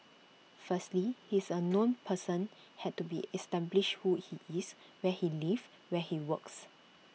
firstly he is A known person had to be establish who he is where he lives where he works